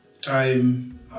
time